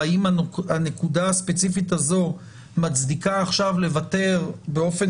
האם הנקודה הספציפית הזו מצדיקה עכשיו לוותר באופן